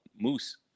moose